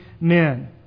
men